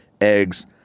eggs